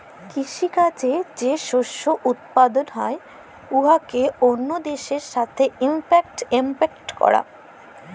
কিসি কাজে যে শস্য উৎপাদল হ্যয় উয়াকে অল্য দ্যাশের সাথে ইম্পর্ট এক্সপর্ট ক্যরা